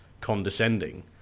condescending